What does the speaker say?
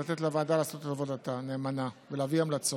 לתת לוועדה לעשות את עבודתה נאמנה ולהביא המלצות.